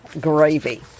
gravy